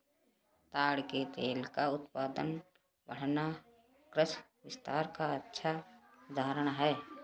ताड़ के तेल का उत्पादन बढ़ना कृषि विस्तार का अच्छा उदाहरण है